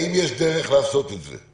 האם יש דרך לעשות את זה?